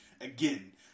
Again